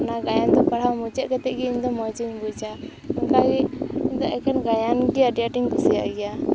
ᱚᱱᱟ ᱜᱟᱭᱟᱱ ᱫᱚ ᱯᱟᱲᱦᱟᱣ ᱢᱩᱪᱟᱹᱫ ᱠᱟᱛᱮ ᱜᱮ ᱤᱧ ᱫᱚ ᱢᱚᱡᱽ ᱤᱧ ᱵᱩᱡᱟ ᱚᱱᱠᱟ ᱜᱮ ᱤᱧ ᱫᱚ ᱮᱠᱷᱮᱱ ᱜᱟᱭᱟᱱ ᱜᱮ ᱟᱹᱰᱤ ᱟᱸᱴᱤᱧ ᱠᱩᱥᱤᱭᱟᱜ ᱜᱮᱭᱟ